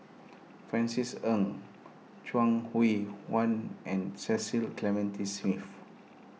Francis Ng Chuang Hui Tsuan and Cecil Clementi Smith